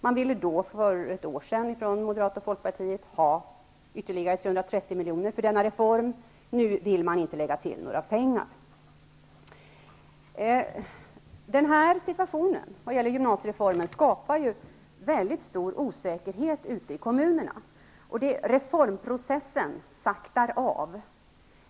Man ville för ett år sedan från Moderata samlingspartiet ha ytterligare 330 milj.kr. till denna reform, men nu vill man inte lägga till några pengar. Denna utveckling vad gäller gymnasiereformen skapar en mycket stor osäkerhet ute i kommunerna, och reformprocessen saktar av.